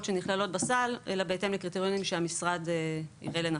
שנכללות בסל אלא בהתאם לקריטריונים שהמשרד יראה לנכון.